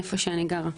שם אני גרה.